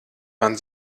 man